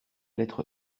lettre